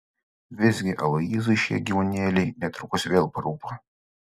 visgi aloyzui šie gyvūnėliai netrukus vėl parūpo